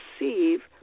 receive